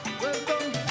welcome